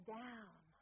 down